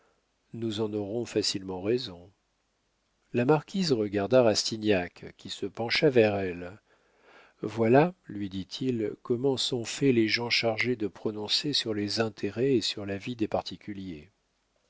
nous en aurons facilement raison la marquise regarda rastignac qui se pencha vers elle voilà lui dit-il comment sont faits les gens chargés de prononcer sur les intérêts et sur la vie des particuliers